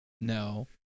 No